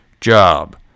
job